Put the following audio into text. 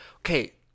okay